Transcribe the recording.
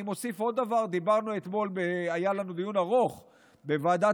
אני מוסיף עוד דבר: אתמול היה לנו דיון ארוך בוועדת